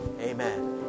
Amen